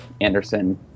anderson